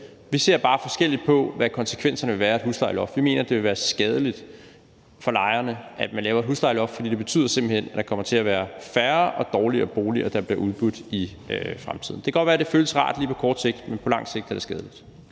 Vi ser bare forskelligt på, hvad konsekvenserne af et huslejeloft vil være. Vi mener, det vil være skadeligt for lejerne, at man laver et huslejeloft, fordi det simpelt hen betyder, at der kommer til at være færre og dårligere boliger, der bliver udbudt i fremtiden. Det kan godt være, at det føles rart lige på kort sigt, men på lang sigt er det skadeligt.